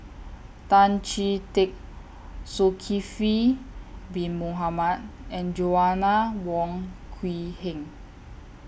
Tan Chee Teck Zulkifli Bin Mohamed and Joanna Wong Quee Heng